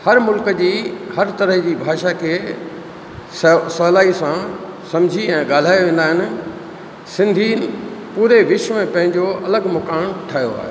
हर मुल्क़ जी हर तरह जी भाषा के स सवलाई सां सम्झी ऐं ॻाल्हाए वेंदा आहिनि सिंधी पूरे विश्व में पंहिंजो अलॻि मुक़ामु ठाहियो आहे